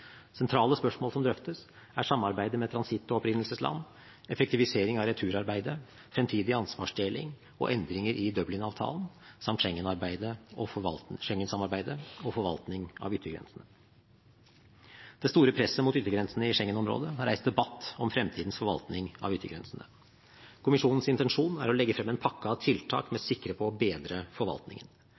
Sentrale spørsmål som drøftes, er samarbeidet med transitt- og opprinnelsesland, effektivisering av returarbeidet, fremtidig ansvarsdeling og endringer i Dublin-avtalen samt Schengen-samarbeidet og forvaltning av yttergrensene. Det store presset mot yttergrensene i Schengen-området har reist debatt om fremtidens forvaltning av yttergrensene. Kommisjonens intensjon er å legge frem en pakke av tiltak med sikte på å bedre forvaltningen.